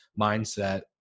mindset